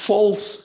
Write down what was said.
False